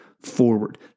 forward